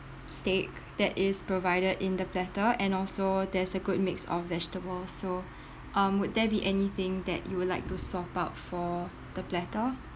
steak that is provided in the platter and also there's a good mix of vegetables so um would there be anything that you would like to sort out for the platter